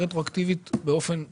רטרואקטיבית באופן מלא,